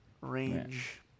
range